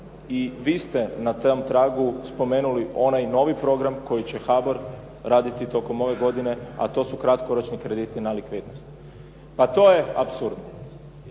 i vi ste na tom tragu spomenuli onaj novi program koji će HBOR raditi tokom ove godine, a to su kratkoročni krediti na likvidnost. Pa to ja apsurd.